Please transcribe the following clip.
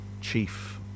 chief